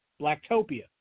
Blacktopia